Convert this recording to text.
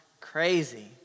crazy